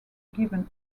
given